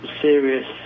serious